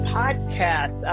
podcast